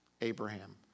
Abraham